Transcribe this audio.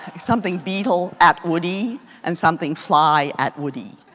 something beatle at woody and something fly at woody.